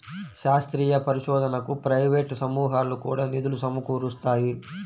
శాస్త్రీయ పరిశోధనకు ప్రైవేట్ సమూహాలు కూడా నిధులు సమకూరుస్తాయి